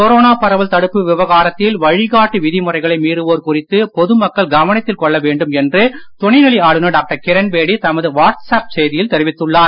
corona பரவல் தடுப்பு விவகாரத்தில் வழிகாட்டு விதிமுறைகளை மீறுவோர் குறித்து பொதுமக்கள் கவனத்தில் கொள்ள வேண்டும் என்று துணைநிலை ஆளுநர் டாக்டர் கிரண்பேடி தமது வாட்ஸ் அப் செய்தியில் தெரிவித்துள்ளார்